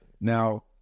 Now